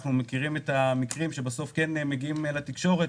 אנחנו מכירים את המקרים שבסוף מגיעים לתקשורת,